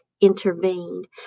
intervened